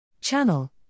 Channel